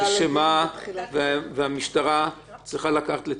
אני חושב שצריך להחריג פה,